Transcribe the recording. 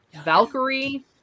Valkyrie